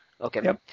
okay